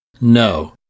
No